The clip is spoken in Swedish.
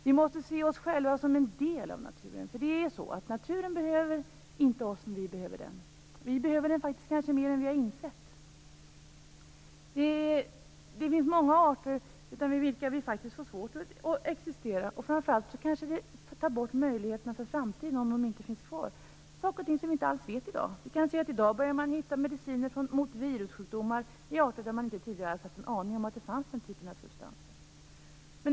Vi måste se oss själva som en del av naturen. Naturen behöver inte oss, men vi behöver den. Vi behöver den kanske mer än vi har insett. Det finns många arter utan vilka vi faktiskt får svårt att existera, och framför allt tar det kanske bort möjligheterna för framtiden om de inte finns kvar. Det är saker som vi inte vet någonting om i dag. I dag börjar man hitta mediciner mot virussjukdomar i arter där man inte ens har haft en aning om att den typen av substanser finns.